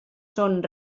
són